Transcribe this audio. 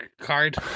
card